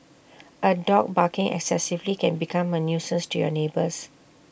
A dog barking excessively can become A nuisance to your neighbours